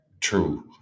true